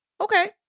okay